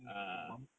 ah